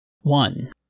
One